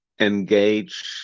engage